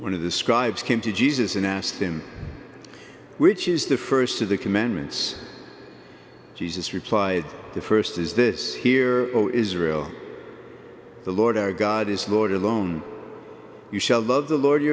one of the scribes came to jesus and asked him which is the first of the commandments jesus replied the first is this here oh israel the lord our god is lord alone you shall love the lord you